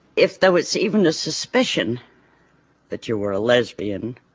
if there was even a suspicion that you were a lesbian,